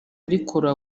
rikora